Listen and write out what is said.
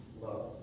love